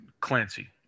Clancy